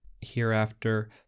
hereafter